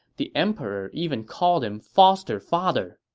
the emperor even called him foster father.